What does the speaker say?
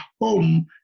home